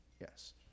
Yes